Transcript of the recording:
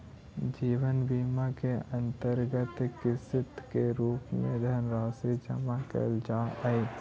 जीवन बीमा के अंतर्गत किस्त के रूप में धनराशि जमा कैल जा हई